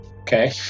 okay